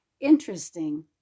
Interesting